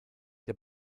der